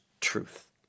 Truth